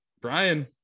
Brian